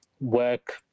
work